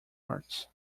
arts